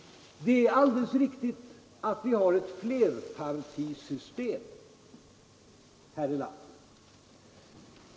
Det är alldeles riktigt att vi har ett flerpartisystem här i landet.